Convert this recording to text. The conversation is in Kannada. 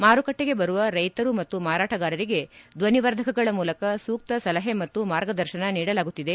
ಮಾರುಕಟ್ಟಿಗೆ ಬರುವ ರೈತರು ಮತ್ತು ಮಾರಾಟಗಾರರಿಗೆ ಧ್ವನಿವರ್ಧಕಗಳ ಮೂಲಕ ಸೂಕ್ತ ಸಲಹೆ ಮತ್ತು ಮಾರ್ಗದರ್ಶನ ನೀಡಲಾಗುತ್ತಿದೆ